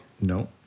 No